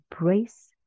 embrace